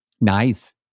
Nice